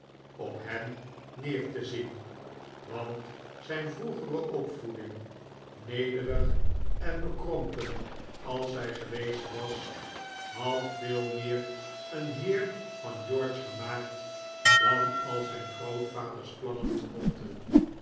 op hem neer te zien want zijn vroegere opvoeding nederig en bekrompen als zij geweest was had veel meer een heer van george gemaakt dan al zijn grootvaders plannen vermochten